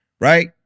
right